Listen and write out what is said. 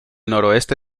noroeste